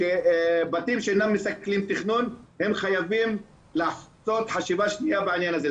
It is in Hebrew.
כשבתים שאינם מסכלים תכנון הם חייבים לעשות חשיבה שנייה בעניין הזה,